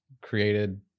created